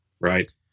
right